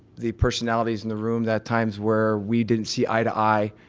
the personalities in the room that times where we didn't see eye to eye,